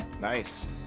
Nice